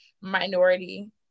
minority